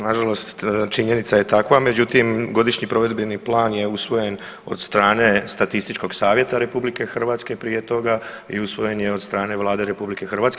Nažalost činjenica je takva, međutim godišnji provedbeni plan je usvojen od strane Statističkog savjeta RH prije toga i usvojen je od strane Vlade RH.